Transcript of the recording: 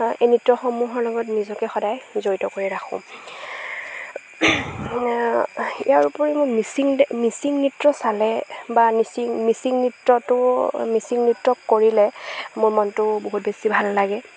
এই নৃত্যসমূহৰ লগত নিজকে সদায় জড়িত কৰি ৰাখোঁ ইয়াৰ উপৰিও মোৰ মিচিং মিচিং নৃত্য চালে বা মিচিং মিচিং নৃত্যটো মিচিং নৃত্য কৰিলে মোৰ মনটো বহুত বেছি ভাল লাগে